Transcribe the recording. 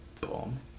Boom